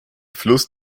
fluss